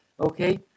Okay